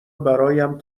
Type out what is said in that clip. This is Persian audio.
برایم